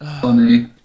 Funny